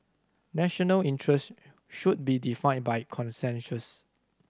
national interest should be defined by consensus